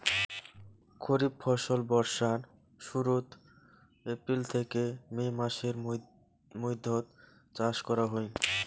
খরিফ ফসল বর্ষার শুরুত, এপ্রিল থেকে মে মাসের মৈধ্যত চাষ করা হই